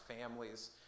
families